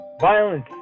Violence